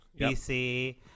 BC